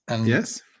Yes